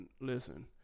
Listen